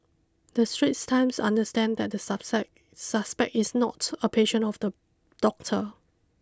the Straits Times understand that the sub site suspect is not a patient of the doctor